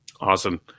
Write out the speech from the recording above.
Awesome